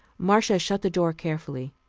marcia shut the door carefully.